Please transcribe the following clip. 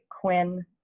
Quinn